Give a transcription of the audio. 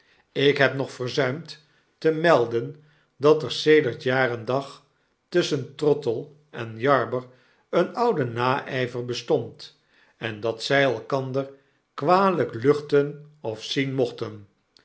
ik heb nog verzuimd te melden dat er sedelrt jaar en dag tusschen trottle en jarber een oude naijver bestond en dat zy elkander kwalyk luchten of zien mochten